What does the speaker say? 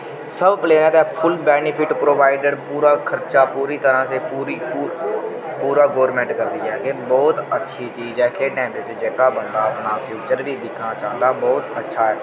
सब प्लेयर ते full benefit provided पूरा खर्चा पूरी तरह से पूरी पूरा गोरमेंट करदी ऐ एह् बहुत अच्छी चीज ऐ खेढने बिच्च जेह्का बंदा अपना फ्यूचर बी दिक्खना चाह्न्दा बहुत अच्छा ऐ